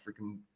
freaking